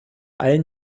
allen